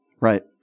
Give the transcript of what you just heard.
Right